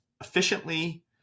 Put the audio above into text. efficiently